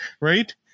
right